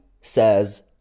says